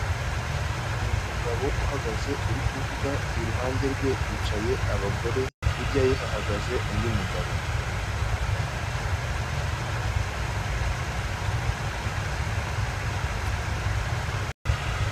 Ni umugabo uhagaze uri kuvuga iruhande rwe hicaye abagore, hirya ye hahagaze undi mugabo.